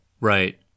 Right